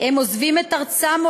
הם עוזבים את ארצם,